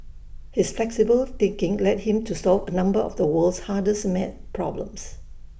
his flexible thinking led him to solve A number of the world's hardest math problems